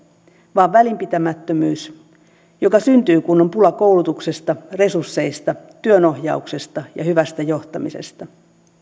vaan välinpitämättömyys joka syntyy kun on pula koulutuksesta resursseista työnohjauksesta ja hyvästä johtamisesta